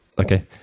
Okay